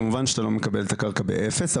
כמובן שאתה לא מקבל את הקרקע באפס.